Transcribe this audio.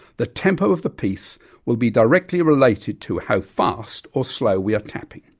the tempo of the piece will be directly related to how fast or slow we are tapping.